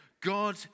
God